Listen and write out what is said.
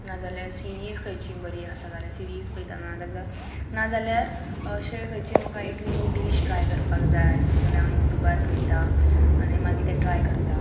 नाजाल्या सिरीज खंयची बरी आसा जाल्यार सिरीज पयता ना जाल्यार नाजाल्यार अशे खंयचे म्हाका एक न्यू डिश ट्राय करपाक जाय जाल्यार हांव युट्यूबार पयता आनी मागीर ते ट्राय करता